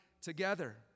together